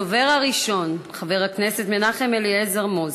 הדובר הראשון, חבר הכנסת מנחם אליעזר מוזס,